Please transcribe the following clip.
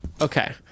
Okay